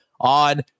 on